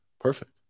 perfect